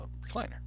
recliner